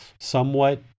somewhat